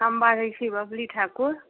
हम बाजैत छी बबली ठाकुर